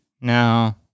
no